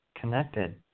connected